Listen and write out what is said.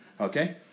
Okay